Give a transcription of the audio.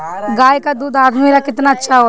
गाय का दूध आदमी ला कितना अच्छा होला?